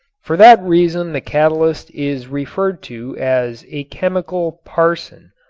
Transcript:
for that reason the catalyst is referred to as a chemical parson.